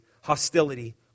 hostility